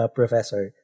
professor